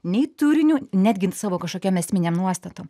nei turiniu netgi savo kažkokiom esminėm nuostatom